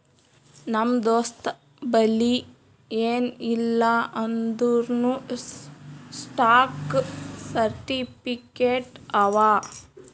ನಮ್ ದೋಸ್ತಬಲ್ಲಿ ಎನ್ ಇಲ್ಲ ಅಂದೂರ್ನೂ ಸ್ಟಾಕ್ ಸರ್ಟಿಫಿಕೇಟ್ ಅವಾ